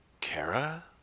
Kara